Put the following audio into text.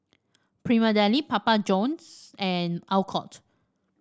Prima Deli Papa Johns and Alcott